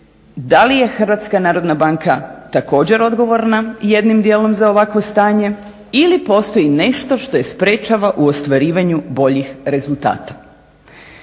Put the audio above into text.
da li je HNB također odgovorna jednim dijelom za ovakvo stanje ili postoji nešto što je sprečava u ostvarivanju boljih rezultata?